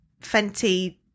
fenty